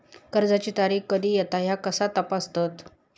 कर्जाची तारीख कधी येता ह्या कसा तपासतत?